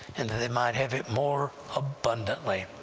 and that they might have it more abundantly.